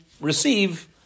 receive